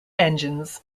engines